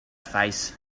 face